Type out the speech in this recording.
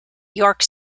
york